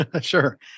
Sure